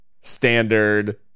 standard